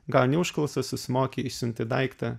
gauni užklausas susimoki išsiunti daiktą